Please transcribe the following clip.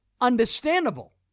Understandable